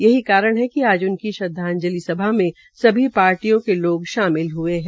यही कारण है कि आज उनकी श्रदवाजंलि सभा में सभी पार्टियों के लोग शामिल हये है